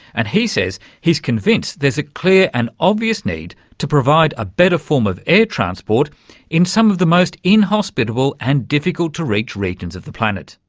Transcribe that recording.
and he says he's convinced there's a clear and obvious need to provide a better form of air transport in some of the most inhospitable and difficult to reach regions of the planet.